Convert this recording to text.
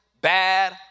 bad